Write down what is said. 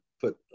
put